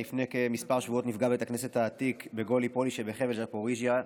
לפני כמה שבועות נפגע בית הכנסת העתיק בגולייפל שבחבל זפוריז'יה,